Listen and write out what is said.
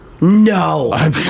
No